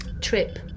Trip